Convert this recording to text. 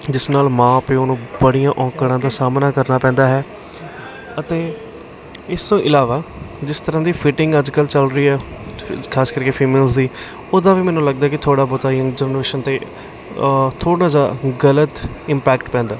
ਜਿਸ ਨਾਲ ਮਾਂ ਪਿਓ ਨੂੰ ਬੜੀਆਂ ਔਂਕੜਾਂ ਦਾ ਸਾਹਮਣਾ ਕਰਨਾ ਪੈਂਦਾ ਹੈ ਅਤੇ ਇਸ ਤੋਂ ਇਲਾਵਾ ਜਿਸ ਤਰ੍ਹਾਂ ਦੀ ਫਿਟਿੰਗ ਅੱਜ ਕੱਲ੍ਹ ਚੱਲ ਰਹੀ ਹੈ ਫ ਖਾਸ ਕਰਕੇ ਫੀਮੇਲਜ ਦੀ ਉੱਦਾਂ ਵੀ ਮੈਨੂੰ ਲੱਗਦਾ ਕਿ ਥੋੜ੍ਹਾ ਬਹੁਤਾ ਜਨਰੇਸ਼ਨ 'ਤੇ ਥੋੜ੍ਹਾ ਜਿਹਾ ਗਲਤ ਇੰਪੈਕਟ ਪੈਂਦਾ